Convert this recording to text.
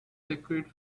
secrete